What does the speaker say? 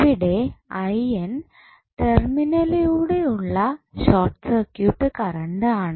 ഇവിടെ ടെർമിനലിലൂടെ ഉള്ള ഷോർട്ട് സർക്യൂട്ട് കറണ്ട് ആണ്